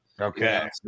Okay